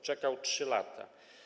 Czekały 3 lata.